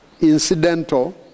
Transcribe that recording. incidental